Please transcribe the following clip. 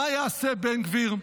מה יעשה בן גביר?